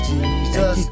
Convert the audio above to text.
Jesus